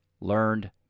learned